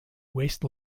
waste